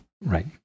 Right